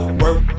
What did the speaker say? work